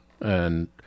And-